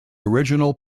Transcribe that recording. original